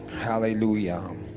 hallelujah